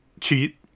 cheat